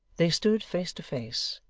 they stood face to face,